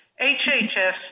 HHS